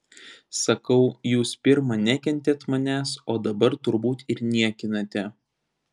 sakau jūs pirma nekentėt manęs o dabar turbūt ir niekinate